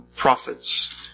prophets